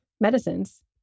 medicines